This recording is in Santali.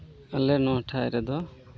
ᱟᱞᱮ ᱱᱳᱭᱴᱷᱟ ᱨᱮᱫᱚ